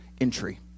entry